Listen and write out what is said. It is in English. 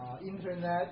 Internet